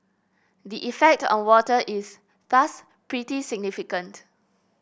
the effect on water is thus pretty significant